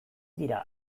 dira